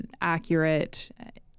accurate